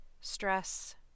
stress